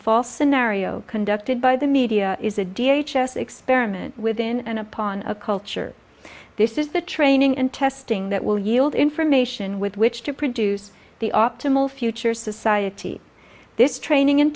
fall scenario conducted by the media is a d h s s experiment within and upon a culture this is the training and testing that will yield information with which to produce the optimal future society this training in